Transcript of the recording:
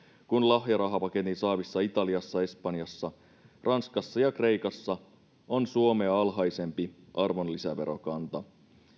kun lahjarahapaketin saavissa italiassa espanjassa ranskassa ja kreikassa on suomea alhaisempi arvonlisäverokanta